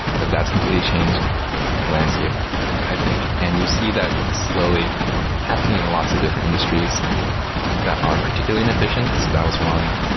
but that's completely changed the landscape i think. and you see that slowly happening in lots of different industries that are particularly inefficient. so that was one.